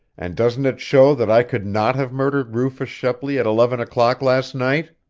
and doesn't it show that i could not have murdered rufus shepley at eleven o'clock last night?